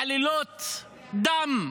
עלילות דם.